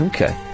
Okay